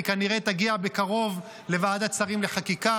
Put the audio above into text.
היא כנראה תגיע בקרוב לוועדת שרים לחקיקה.